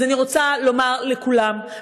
אז אני רוצה לומר לכולם,